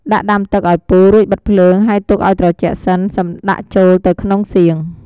ដាក់ដាំទឹកឱ្យពុះរួច បិទភ្លើង ហើយទុកឱ្យត្រជាក់សិន សឹមដាក់ចូលទៅក្នុងសៀង។